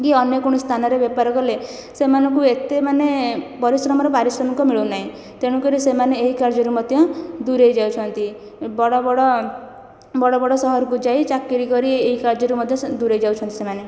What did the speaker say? କି ଅନ୍ୟ କୌଣସି ସ୍ଥାନରେ ବେପାର କଲେ ସେମାନଙ୍କୁ ଏତେ ମାନେ ପରିଶ୍ରମର ପାରିଶ୍ରମିକ ମିଳୁନାହିଁ ତେଣୁ କରି ସେମାନେ ଏହି କାର୍ଯ୍ୟରୁ ମଧ୍ୟ ଦୁରେଇ ଯାଉଛନ୍ତି ବଡ଼ ବଡ଼ ବଡ଼ ବଡ଼ ସହରକୁ ଯାଇ ଚାକିରି କରି ଏହି କାର୍ଯ୍ୟରୁ ମଧ୍ୟ ଦୁରେଇ ଯାଉଚନ୍ତି ସେମାନେ